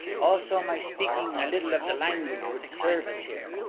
also my speaking a little of the language would serve us here.